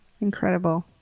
Incredible